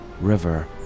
river